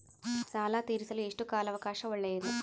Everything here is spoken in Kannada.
ಸಾಲ ತೇರಿಸಲು ಎಷ್ಟು ಕಾಲ ಅವಕಾಶ ಒಳ್ಳೆಯದು?